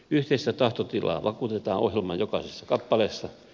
yhteistä tahtotilaa vakuutetaan ohjelman jokaisessa kappaleessa